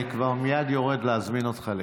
אני כבר מייד יורד להזמין אותך לקפה,